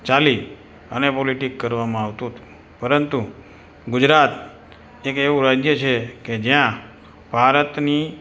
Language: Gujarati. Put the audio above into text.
ચાલી અને પોલિટિક કરવામાં આવતું હતું પરંતુ એક એવું રાજ્ય છે કે જ્યાં ભારતની